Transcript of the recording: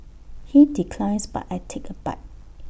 he declines but I take A bite